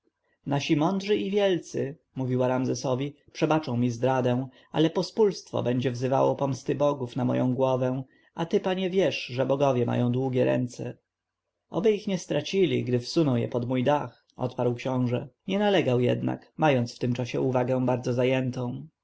nasi mądrzy i wielcy mówiła ramzesowi przebaczą mi zdradę ale pospólstwo będzie wzywało pomsty bogów na moją głowę a ty panie wiesz że bogowie mają długie ręce oby ich nie stracili gdy wsuną je pod mój dach odparł książę nie nalegał jednak mając w tym czasie uwagę bardzo zajętą